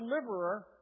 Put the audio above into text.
deliverer